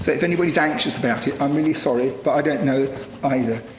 so if anybody's anxious about it, i'm really sorry, but i don't know either.